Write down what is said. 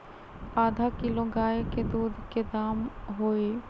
आधा किलो गाय के दूध के का दाम होई?